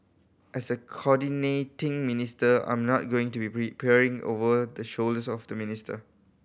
as a coordinating minister I'm not going to be peering over the shoulders of the minister